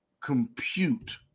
compute